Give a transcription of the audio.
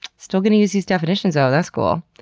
still going to use these definitions though. that's cool.